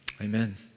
Amen